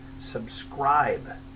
Subscribe